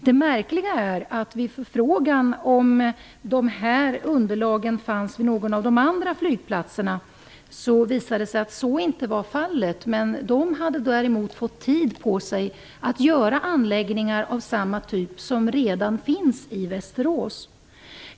Det märkliga är att vid förfrågan om dessa underlag fanns vid någon av de andra flygplatserna, visade det sig att så inte var fallet. Men de hade däremot fått tid på sig att göra anläggningar av samma typ som redan finns i Västerås.